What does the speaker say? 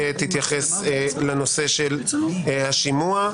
תתייחס לנושא של השימוע.